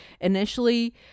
initially